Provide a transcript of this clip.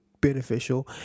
beneficial